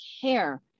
care